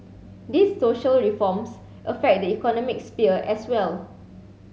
these social reforms affect the economic sphere as well